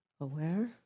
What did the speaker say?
aware